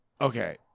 Okay